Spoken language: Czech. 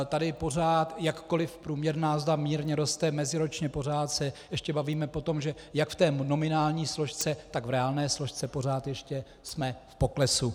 Tady pořád, jakkoli průměrná mzda mírně roste, meziročně pořád se ještě bavíme o tom, že jak v té nominální složce, tak v té reálné složce pořád ještě jsme v poklesu.